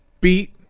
beat